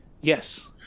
Yes